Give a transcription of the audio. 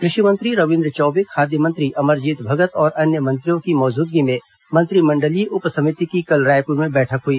कृषि मंत्री रविन्द्र चौबे खाद्य मंत्री अमरजीत भगत और अन्य मंत्रियों की मौजूदगी में मंत्रिमंडलीय उप समिति की कल रायपुर में बैठक हुई